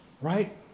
right